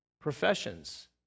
Professions